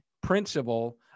principle